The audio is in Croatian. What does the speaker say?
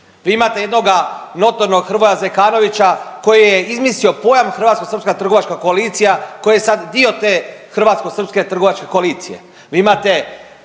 Vi imate jednoga notornog Hrvoja Zekanovića koji je izmislio pojam hrvatskosrpska trgovačka koalicija koji je sad dio te hrvatskosrpske trgovačke koalicije. Vi imate